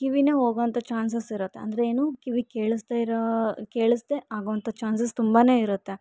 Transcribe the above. ಕಿವಿಯೇ ಹೋಗೋಂಥ ಚಾನ್ಸಸ್ಸಿರುತ್ತೆ ಅಂದರೆ ಏನು ಕಿವಿ ಕೇಳಿಸ್ದೇ ಇರೋ ಕೇಳಿಸ್ದೇ ಆಗೋವಂಥ ಚಾನ್ಸಸ್ ತುಂಬಾನೇ ಇರುತ್ತೆ